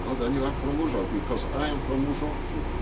ah then you are from uzsok because i am from uzsok too.